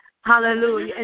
Hallelujah